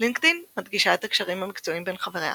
לינקדאין מדגישה את הקשרים המקצועיים בין חבריה,